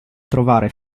trovare